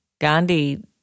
Gandhi